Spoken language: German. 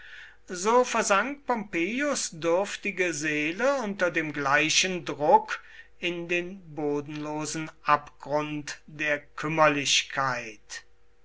so versank pompeius dürftige seele unter dem gleichen druck in den bodenlosen abgrund der kümmerlichkeit